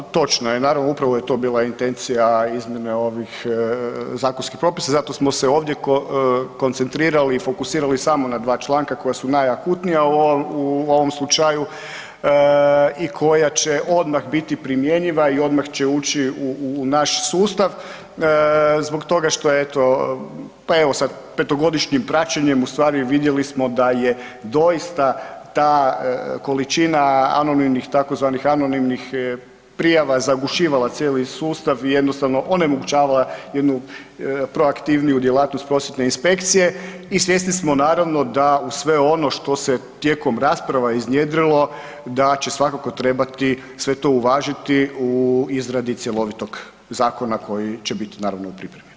Pa točno je, naravno, upravo je to bila intencija izmjene ovih zakonskih propisa, zato smo se ovdje koncentrirali i fokusirali samo na dva članka koja su najakutnija u ovom slučaju i koja će odmah biti primjenjiva i odmah će ući u naš sustav, zbog toga što eto, pa evo, sa petogodišnjim praćenjem ustvari vidjeli smo da je doista ta količina anonimnih, tzv. anonimnih prijava zagušivala cijeli sustav i jednostavno onemogućavala jednu proaktivniju djelatnost prosvjetne inspekcije i svjesni smo naravno da uz sve ono što se tijekom rasprava iznjedrilo, da će svakako trebati sve to uvažiti u izradi cjelovitog zakona koji će biti naravno u pripremi.